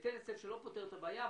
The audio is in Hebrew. זה היטל היצף שלא פותר את הבעיה.